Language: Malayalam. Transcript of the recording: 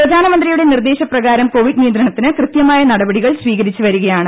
പ്രധാനമന്ത്രിയുടെ നിർദ്ദേശപ്രകാരം കോവിഡ് നിയന്ത്രണത്തിന് കൃത്യമായ നടപടികൾ സ്വീകരിച്ചുവരികയാണ്